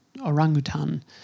orangutan